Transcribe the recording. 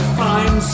find